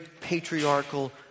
patriarchal